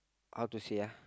how to say uh